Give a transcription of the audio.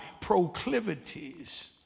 proclivities